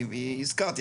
הזכרתי,